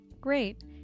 Great